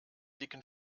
dicken